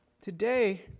Today